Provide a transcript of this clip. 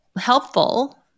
helpful